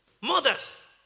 Mothers